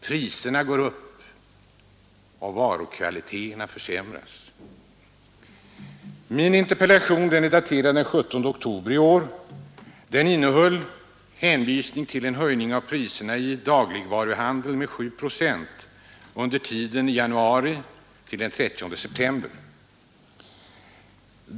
Priserna går upp och varukvaliteterna försämras. Min interpellation är daterad den 17 oktober i år. Den innehöll hänvisning till en höjning av priserna i dagligvaruhandeln med 7 procent under tiden januari—30 september.